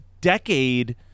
decade